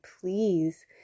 please